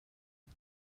vad